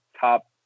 top